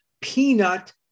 peanut